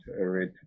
read